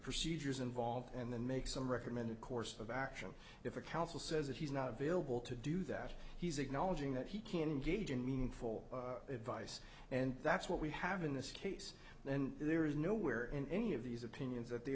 procedures involved and then make some recommended course of action if a counsel says that he's not available to do that he's acknowledging that he can engage in meaningful advice and that's what we have in this case then there is nowhere in any of these opinions that the